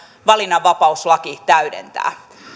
valinnanvapauslaki täydentää